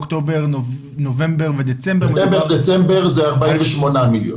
אוקטובר נובמבר ודצמבר --- אוקטובר נובמבר זה 48 מיליון.